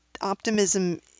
optimism